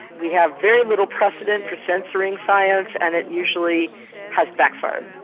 we have very little precedence for censoring science and it usually has backfired.